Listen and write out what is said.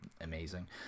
amazing